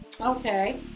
Okay